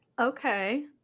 Okay